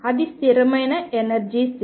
అది స్థిరమైన ఎనర్జీ స్థితి